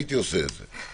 הייתי עושה את זה.